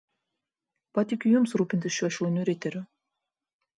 patikiu jums rūpintis šiuo šauniu riteriu